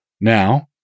now